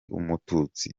umututsi